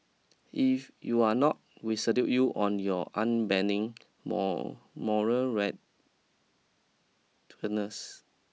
if you're not we salute you on your unbending more moral rightness